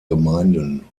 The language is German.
gemeinden